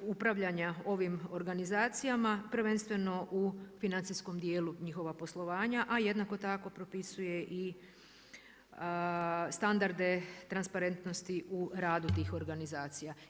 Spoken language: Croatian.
upravljanja ovim organizacijama prvenstveno u financijskom dijelu njihova poslovanja a jednako tako propisuje i standarde transparentnosti u radu tih organizacija.